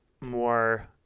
more